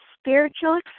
spiritual